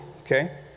okay